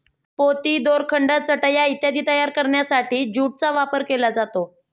पोती, दोरखंड, चटया इत्यादी तयार करण्यासाठी ज्यूटचा वापर केला जातो